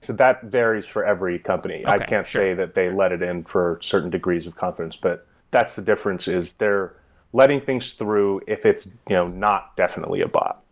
that varies for every company. i can't say that they let it in for certain degrees of confidence, but that's the difference is they're letting things through if it's you know not definitely a bot.